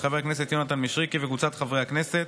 של חבר הכנסת יונתן מישרקי וקבוצת חברי הכנסת,